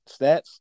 stats